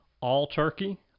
all-turkey